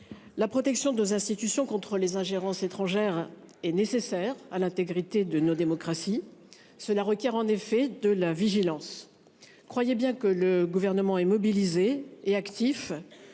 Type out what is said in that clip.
La protection de nos institutions, contre les ingérences étrangères est nécessaire à l'intégrité de nos démocraties. Cela requiert en effet de la vigilance. Croyez bien que le gouvernement est mobilisé et actif.